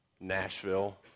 Nashville